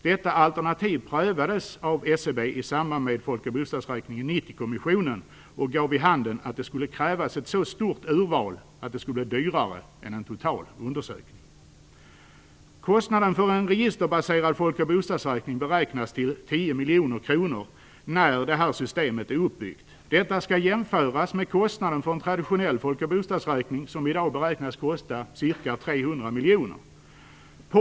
Detta alternativ prövades av SCB i samband med folk och bostadsräkningen 90 kommissionen och gav vid handen att det skulle krävas ett så stort urval att det skulle bli dyrare än en total undersökning. Kostnaden för en registerbaserad folk och bostadsräkning beräknas till 10 miljoner kronor när det här systemet är uppbyggt. Detta skall jämföras med kostnaden för en traditionell folk och bostadsräkning som i dag beräknas kosta ca 300 miljoner kronor.